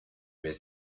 met